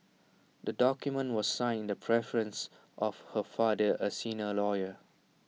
the document was signed in the presence of her father A senior lawyer